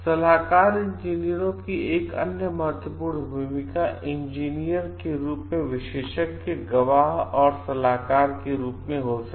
सलाहकार इंजीनियरों की एक अन्य महत्वपूर्ण भूमिका इंजीनियर रूप में विशेषज्ञ गवाह और सलाहकार की हो सकती है